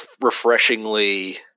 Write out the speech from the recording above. refreshingly